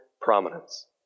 prominence